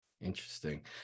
Interesting